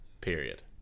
period